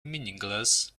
meaningless